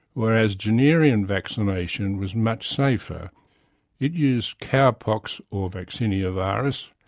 whereas, jennerian vaccination was much safer it used cow pox or vaccinia virus,